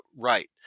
right